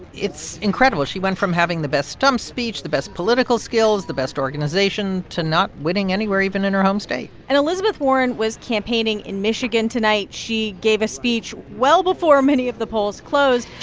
it's incredible. she went from having the best stump speech, the best political skills, the best organization to not winning anywhere, even in her home state and elizabeth warren was campaigning in michigan tonight. she gave a speech well before many of the polls closed.